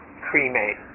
cremate